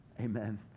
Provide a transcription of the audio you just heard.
amen